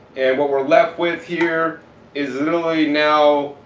and what we're left with here is literally now,